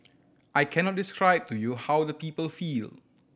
I cannot describe to you how the people feel